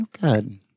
Good